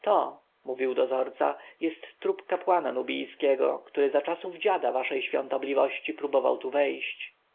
to mówił dozorca jest trup kapłana nubijskiego który za czasów dziada waszej świątobliwości próbował tu wejść